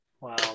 Wow